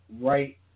right